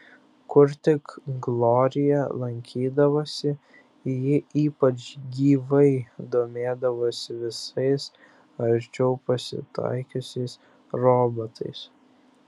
kur tik glorija lankydavosi ji ypač gyvai domėdavosi visais arčiau pasitaikiusiais robotais